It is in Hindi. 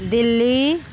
दिल्ली